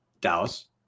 Dallas